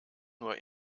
nur